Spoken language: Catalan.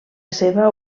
seva